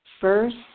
first